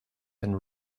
and